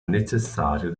necessario